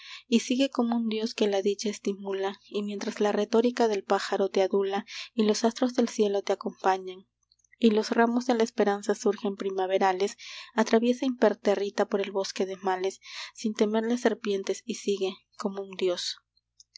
y sigue como un dios que la dicha estimula y mientras la retórica del pájaro te adula y los astros del cielo te acompañan y los ramos de la esperanza surgen primaverales atraviesa impertérrita por el bosque de males sin temer las serpientes y sigue como un dios